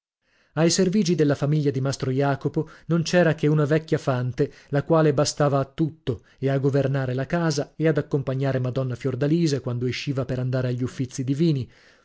al servigi della famiglia di mastro jacopo non c'era che una vecchia fante la quale bastava a tutto e a governare la casa e ad accompagnare madonna fiordalisa quando esciva per andare agli uffizi divini